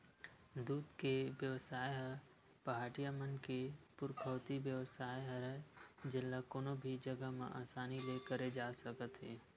दूद के बेवसाय ह पहाटिया मन के पुरखौती बेवसाय हरय जेन ल कोनो भी जघा म असानी ले करे जा सकत हे